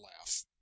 laugh